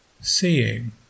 seeing